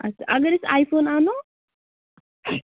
اچھا اَگر أسۍ آی فون اَنو